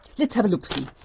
let's have a look-see.